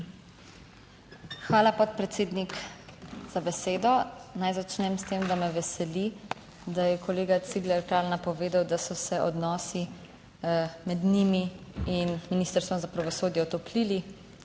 Hvala podpredsednik za besedo. Naj začnem s tem, da me veseli, da je kolega Cigler Kralj napovedal, da so se odnosi med njimi in Ministrstvom za pravosodje otoplili.